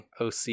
oc